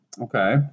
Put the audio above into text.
Okay